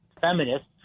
feminists